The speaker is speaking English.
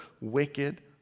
wicked